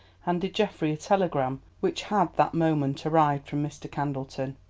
handed geoffrey a telegram which had that moment arrived from mr. candleton.